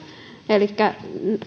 elikkä